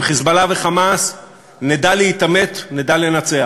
עם "חיזבאללה" ו"חמאס" נדע להתעמת, נדע לנצח.